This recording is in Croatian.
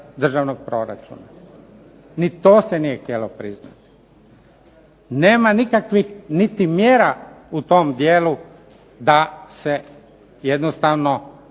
državnog proračuna. Ni to se nije htjelo priznati. Nema nikakvih niti mjera u tom dijelu da se jednostavno